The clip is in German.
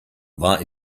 war